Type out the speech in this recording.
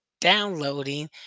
downloading